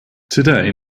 today